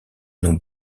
non